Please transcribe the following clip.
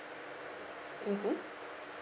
mmhmm